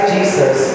Jesus